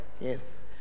yes